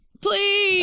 Please